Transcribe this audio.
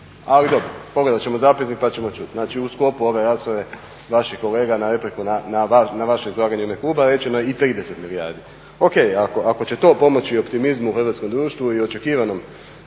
ali dobro pogledat ćemo zapisnik pa ćemo čuti. Znači u sklopu ove rasprave vaš je kolega na repliku na vaše izlaganje u ime kluba rečeno i 30 milijardi. O.k. ako će to pomoći optimizmu hrvatskom društvu i očekivanom